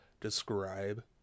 describe